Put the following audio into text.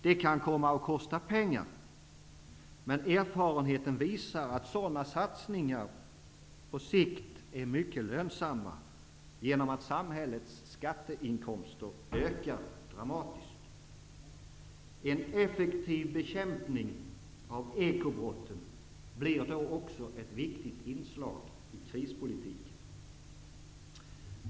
Det kan komma att kosta pengar, men erfarenheten visar att sådana satsningar på sikt är mycket lönsamma genom att samhällets skatteinkomster ökar dramatiskt. En effektiv bekämpning av ekobrotten blir då också ett viktigt inslag i krispolitiken.